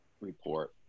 report